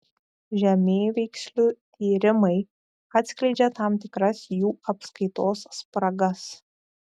žemėveikslių tyrimai atskleidžia tam tikras jų apskaitos spragas